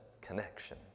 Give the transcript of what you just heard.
connection